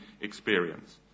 experience